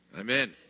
Amen